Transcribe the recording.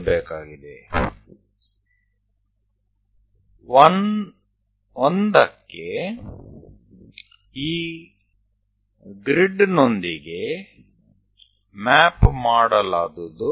1 માટે આ આડી લીટી છે કે જે ગ્રીડ સાથે બંધ બેસે છે